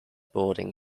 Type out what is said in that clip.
boarding